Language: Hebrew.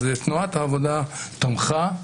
תנועת העבודה תמכה,